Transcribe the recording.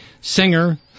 singer